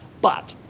but,